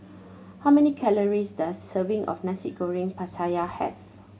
how many calories does a serving of Nasi Goreng Pattaya have